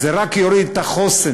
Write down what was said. זה רק יוריד את החוסן.